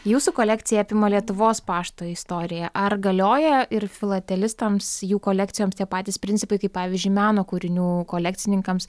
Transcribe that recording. jūsų kolekcija apima lietuvos pašto istoriją ar galioja ir filatelistams jų kolekcijoms tie patys principai kaip pavyzdžiui meno kūrinių kolekcininkams